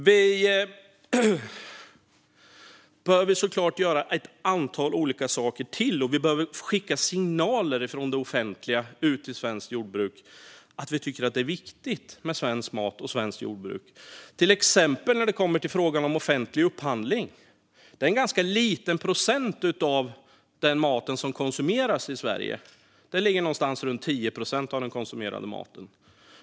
Vi behöver såklart göra ytterligare ett antal saker, och vi behöver skicka signaler från det offentliga ut till svenskt jordbruk om att vi tycker att det är viktigt med svensk mat och svenskt jordbruk, till exempel när det kommer till frågan om offentlig upphandling. Det är en ganska låg procent av den offentligt upphandlade mat som konsumeras i Sverige som är svensk. Det ligger någonstans runt 10 procent av den konsumerade maten.